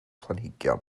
planhigion